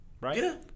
right